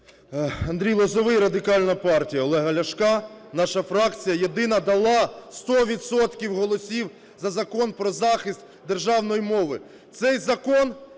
Андрій Лозовий, Радикальна партія Олега Ляшка. Наша фракція єдина дала 100 відсотків голосів за Закон про захист державної мови.